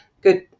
good